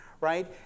Right